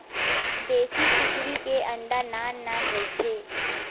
देसी कुकरी के अंडा नान नान रहिथे